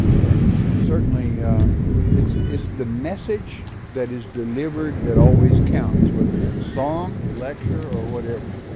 and and certainly it's it's the message that is delivered that always counts, whether it's song, lecture, or whatever.